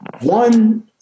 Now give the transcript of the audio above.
One